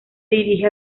dirige